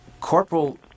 Corporal